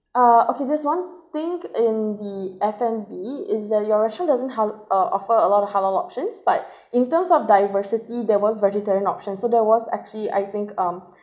uh okay just one thing in the F&B is that your restaurant doesn't have uh offer a lot of halal options but in terms of diversity there was vegetarian option so that was actually I think um